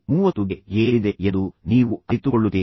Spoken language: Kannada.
30 ಗೆ ಏರಿದೆ ಎಂದು ನೀವು ಅರಿತುಕೊಳ್ಳುತ್ತೀರಿ